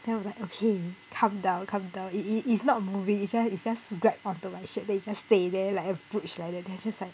then I'm like okay calm down calm down it it it is not moving it's just it's just grabbed onto my shirt then it just stay there like a brooch like that just like